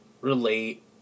relate